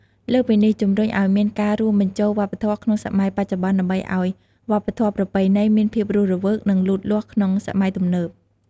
លើសពីនេះ ជំរុញអោយមានការរួមបញ្ចូលវប្បធម៌ក្នុងសម័យបច្ចុប្បន្ន ដើម្បីឲ្យវប្បធម៌ប្រពៃណីមានភាពរស់រវើក និងលូតលាស់ក្នុងសម័យទំនើប។